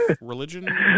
Religion